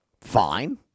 fine